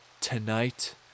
tonight